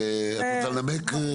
את רוצה לנמק?